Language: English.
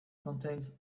contains